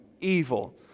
evil